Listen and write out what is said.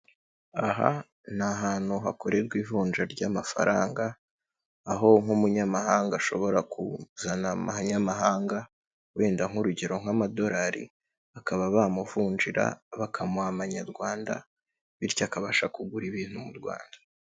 Aha ni ahantu hakorerwa ivunja ry'amafaranga, aho nk'umunyamahanga ashobora kuzana amanyamahanga wenda nk'urugero nk'amadolari, bakaba bamuvunjira bakamuha amanyarwanda bityo akabasha kugura ibintu mu Rwanda.